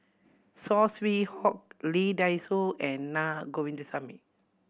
Saw Swee Hock Lee Dai Soh and Na Govindasamy